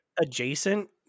adjacent